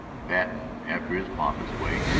patten, after his pompous way,